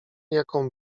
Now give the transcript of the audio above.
jaką